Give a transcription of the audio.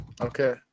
Okay